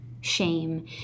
shame